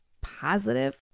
positive